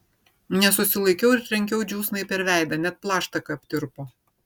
nesusilaikiau ir trenkiau džiūsnai per veidą net plaštaka aptirpo